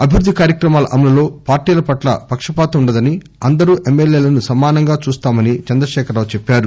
అభివృద్ది కార్యక్రమాల అమలులో పార్టీల పట్ల పక్షపాతం ఉండదని అందరు ఎమ్ఎల్ఏలను సమంగా చూస్తామని చంద్రశేఖర రావు చెప్పారు